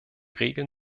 regeln